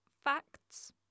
facts